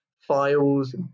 files